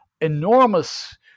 enormous